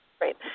right